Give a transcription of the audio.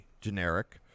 generic